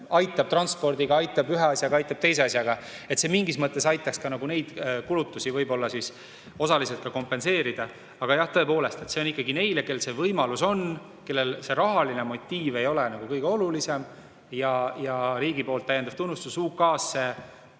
aitab transpordiga, aitab ühe asjaga, aitab teise asjaga. See mingis mõttes aitaks neid kulutusi osaliselt kompenseerida. Aga jah, tõepoolest, see on ikkagi neile, kellel see võimalus on, kellele see rahaline motiiv ei ole kõige olulisem, riigi täiendav tunnustus. UK‑s on see